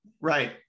Right